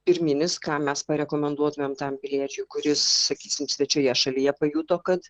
pirminis ką mes parekomenduotumėm tam piliečiui kuris sakysim svečioje šalyje pajuto kad